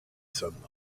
sunlight